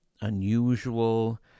unusual